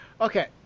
Okay